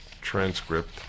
transcript